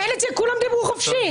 כולם דיברו חופשי.